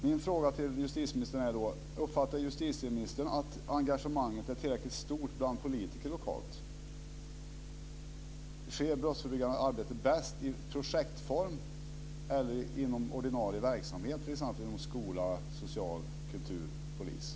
Min fråga till justitieministern är då: Uppfattar justitieministern att engagemanget är tillräckligt stort bland politiker lokalt? Sker det brottsförebyggande arbetet bäst i projektform eller inom ordinarie verksamhet, t.ex. inom skolan, det sociala, kulturen, polisen?